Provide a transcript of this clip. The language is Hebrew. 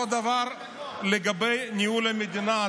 אותו דבר לגבי ניהול המדינה.